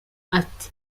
ati